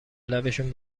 لبشون